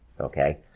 Okay